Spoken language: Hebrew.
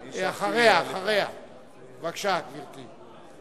בבקשה, גברתי.